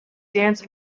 dance